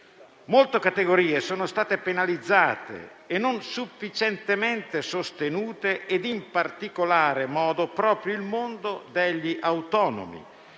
Molte categorie sono state penalizzate e non sufficientemente sostenute; mi riferisco, in particolar modo, proprio al mondo degli autonomi